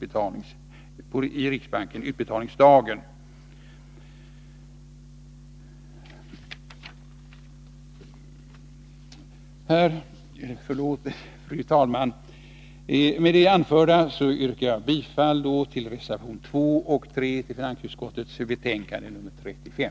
Fru talman! Jag yrkar bifall till reservationerna 2 och 3 till finansutskottets betänkande nr 35.